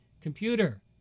computer